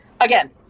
again